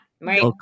right